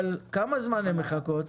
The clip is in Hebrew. אבל כמה זמן הן מחכות?